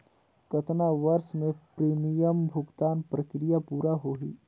कतना वर्ष मे प्रीमियम भुगतान प्रक्रिया पूरा होही?